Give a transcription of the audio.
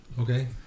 Okay